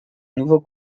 nouveau